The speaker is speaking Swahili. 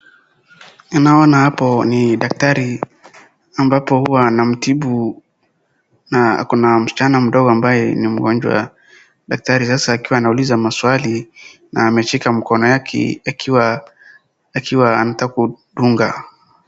Ninaona hapo ni daktari, ambapo huwa anatibu, na akona msichana mdogo ambaye ni mgonjwa. Daktari sasa akiwa anauliza maswali, na ameshika mkono wake akiwa anataka kumdunga.